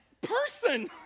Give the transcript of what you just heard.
person